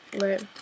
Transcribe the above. Right